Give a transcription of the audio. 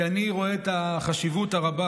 כי אני רואה את החשיבות הרבה